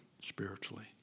spiritually